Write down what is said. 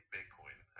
Bitcoin